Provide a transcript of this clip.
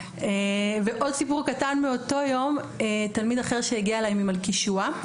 עוד סיפור קטן מאותו יום: תלמיד אחר שהגיע אלי ממלכישוע,